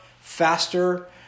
faster